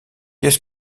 qu’est